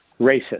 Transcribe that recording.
racist